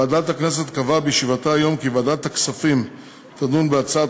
ועדת הכנסת קבעה בישיבתה היום כי ועדת הכספים תדון בהצעת